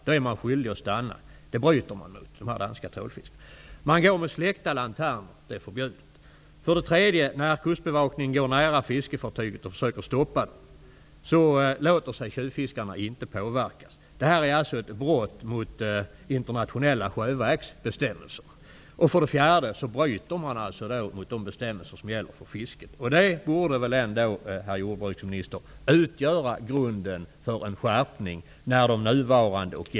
Då är man skyldig att stanna. Detta bryter de danska trålfiskarna mot. För det andra åker de med släkta lanternor. Det är förbjudet. För det tredje låter sig tjuvfiskarna inte påverkas när Kustbevakningen går nära fiskefartyget och försöker stoppa det. Detta är ett brott mot internationella sjövägsbestämmelser. För det fjärde bryter de mot de bestämmelser som gäller för fisket. Att de nu gällande lagarna inte räcker borde väl ändå, herr jordbruksminister, utgöra grunden för en skärpning.